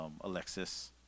Alexis